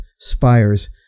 spires